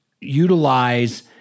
utilize